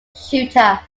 shooter